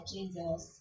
Jesus